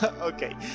Okay